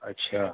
अच्छा